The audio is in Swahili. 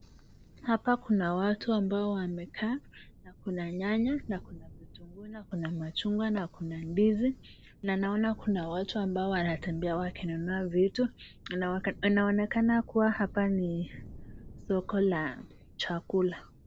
Hapa kuna watu ambao wamekaa, na kuna nyanya, na kuna vitunguu, na kuna machungwa, na kuna ndizi, na naona kuna watu ambao wanatembea wakinunua vitu. Inaonekana kuwa hapa ni soko la chakula.